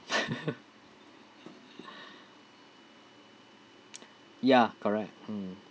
ya correct mm